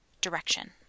direction